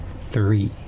three